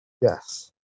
Yes